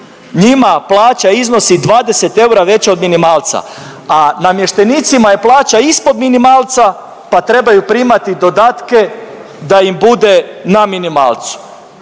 njima plaća iznosi 20 eura veća od minimalca, a namještenicima je plaća ispod minimalca pa trebaju primati dodatke da im bude na minimalcu.